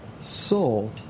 soul